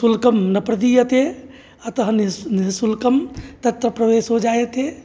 शुल्कं न प्रदीयते अतः निसुल् निश्शुल्कं तत्र प्रवेशो जायते